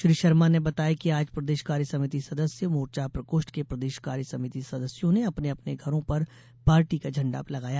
श्री शर्मा ने बताया कि आज प्रदेश कार्यसमिति सदस्य मोर्चा प्रकोष्ठ के प्रदेश कार्यसमिति सदस्यों ने अपने अपने घरों पर पार्टी का झंडा लगाया